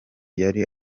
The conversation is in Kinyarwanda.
yari